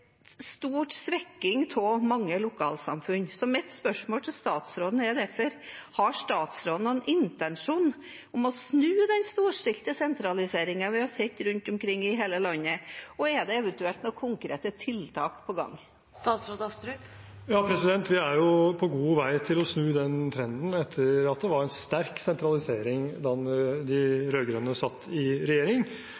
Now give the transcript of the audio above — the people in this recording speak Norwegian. svekking av mange lokalsamfunn. Mitt spørsmål til statsråden er derfor: Har statsråden noen intensjon om å snu den storstilte sentraliseringen vi har sett rundt omkring i hele landet? Og er det eventuelt noen konkrete tiltak på gang? Vi er jo på god vei til å snu den trenden, etter at det var sterk sentralisering da de